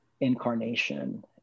incarnation